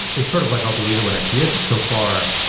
it sort of like i'll believe it when i see it, but so far,